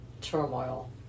turmoil